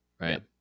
Right